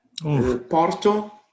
Porto